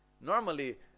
normally